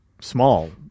small